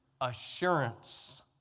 assurance